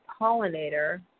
pollinator